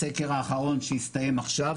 בסקר האחרון שהסתיים עכשיו,